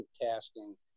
tasking